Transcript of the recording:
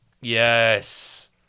Yes